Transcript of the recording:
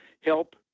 help